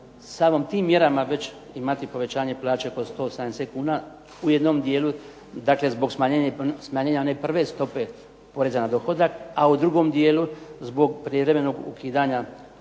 samo tim mjerama već imati povećanje plaća po 170 kuna, u jednom dijelu dakle zbog smanjenja one prve stope poreza na dohodak, a u drugom dijelu zbog privremenog ukidanja